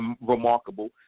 remarkable